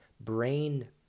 brain